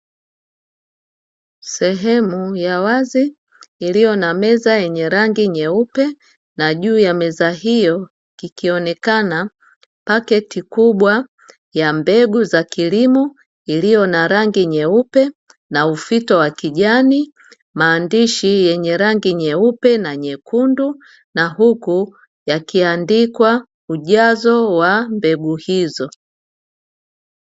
Sehemu ya wazi iliyo na meza yenye rangi nyeupe. Na juu ya meza hiyo kikionekana paketi kubwa ya mbegu za kilimo iliyo na rangi nyeupe na ufito wa kijani, maandishi yenye rangi nyeupe na nyekundu na huku yakiandikwa ujazo wa mbegu hizo.